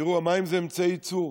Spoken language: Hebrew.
תראו, המים זה אמצעי ייצור.